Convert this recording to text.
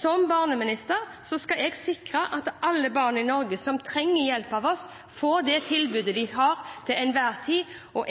Som barneminister skal jeg sikre at alle barn i Norge som trenger hjelp, til enhver tid får tilbud. Jeg har stor tro på at de ideelle organisasjonene kommer til